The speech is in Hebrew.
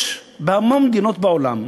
בהמון מדינות בעולם